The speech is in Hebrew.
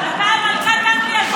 אתה, מלכת אנגליה שותפה שלך.